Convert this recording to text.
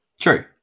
true